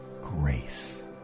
grace